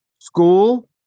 School